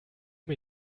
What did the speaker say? mir